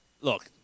look